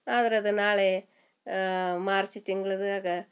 ಆದ್ರೆ ಅದು ನಾಳೆ ಮಾರ್ಚ್ ತಿಂಗ್ಳದಾಗ